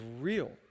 real